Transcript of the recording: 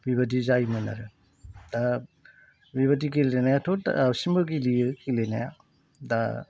बिबादि जायोमोन आरो दा बेबायदि गेलेनायाथ' दासिमबो गेलेयो गेलेनाया दा